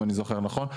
אם אני זוכר נכון.